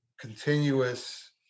continuous